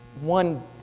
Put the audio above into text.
one